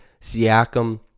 Siakam